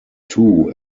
two